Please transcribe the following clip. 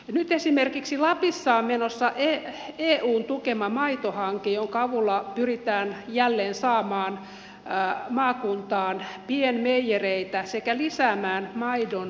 nyt esimerkiksi lapissa on menossa eun tukema maitohanke jonka avulla pyritään jälleen saamaan maakuntaan pienmeijereitä sekä lisäämään maidon suoramyyntiä